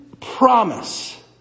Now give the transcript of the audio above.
promise